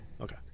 Okay